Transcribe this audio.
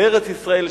לארץ-ישראל,